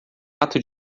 ato